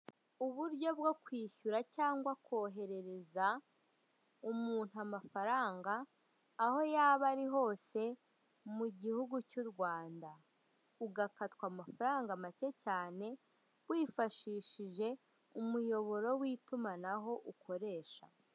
Uburyo bwo kwishyura cyangwa kwoherereza umuntu amafaranga ayo yaba ari hose mu gihugu cyu Rwanda ugakatwa amafaranga macye cyane wifashishije umuyoboro w'itumanaho ukoresha.